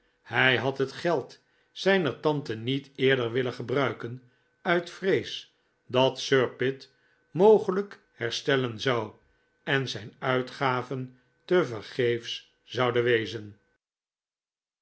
hij had het geld zijner tante niet eerder willen gebruiken uit vrees dat sir pitt mogelijk herstellen zou en zijn uitgaven tevergeefs zouden wezen